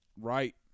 right